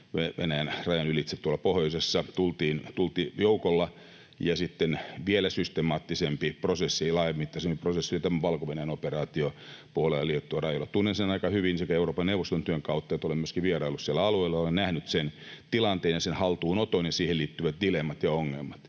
Venäjän rajan ylitse tuolla pohjoisessa tultiin joukolla. Ja sitten vielä systemaattisempi prosessi ja laajamittaisempi prosessi oli tämä Valko-Venäjän operaatio Puolan ja Liettuan rajoilla. Tunnen sen aika hyvin Euroopan neuvoston työn kautta, ja olen myöskin vieraillut sillä alueella ja olen nähnyt sen tilanteen ja sen haltuunoton ja siihen liittyvät dilemmat ja ongelmat.